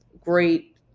great